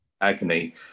agony